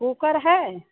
cooker हय